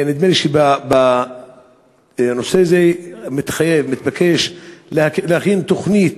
נדמה לי שבנושא זה מתחייב, מתבקש להכין תוכנית,